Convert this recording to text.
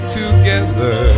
together